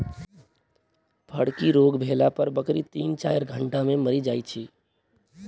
फड़की रोग भेला पर बकरी तीन चाइर घंटा मे मरि जाइत छै